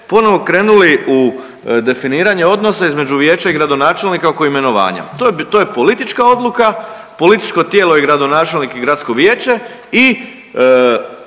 ponovo krenuli u definiranje odnosa između vijeća i gradonačelnika oko imenovanja. To je politička odluka, političko tijelo je gradonačelnik i gradsko vijeće i